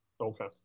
Okay